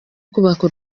kubaka